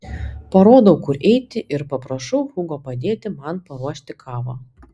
parodau kur eiti ir paprašau hugo padėti man paruošti kavą